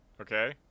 Okay